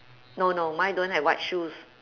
no no mine don't have white shoes